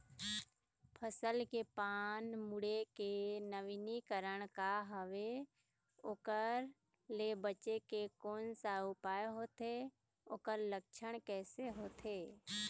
फसल के पान मुड़े के नवीनीकरण का हवे ओकर ले बचे के कोन सा उपाय होथे ओकर लक्षण कैसे होथे?